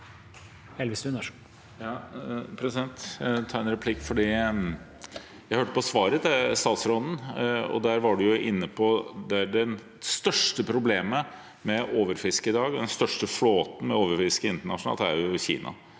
jeg hørte på svaret til statsråden, og der var han inne på det største problemet med overfiske i dag – den største flåten med overfiske internasjonalt, har jo Kina.